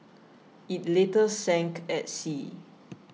it later sank at sea